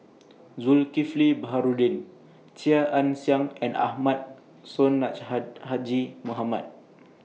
Zulkifli Baharudin Chia Ann Siang and Ahmad Mohamad